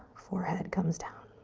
forehead comes down.